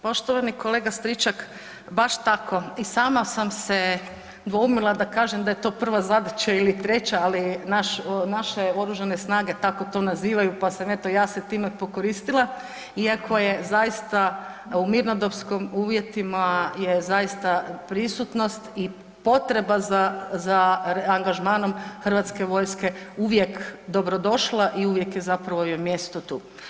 Poštovani kolega Stričak, baš tako, i sama sam se dvoumila da kažem da je to prva zadaća ili treća, ali naše Oružane snage tako to nazivaju pa sam eto ja se time pokoristila iako je zaista u mirnodopskim uvjetima je zaista prisutnost i potreba za angažmanom hrvatske vojske uvijek dobrodošla i uvijek zapravo joj mjesto tu.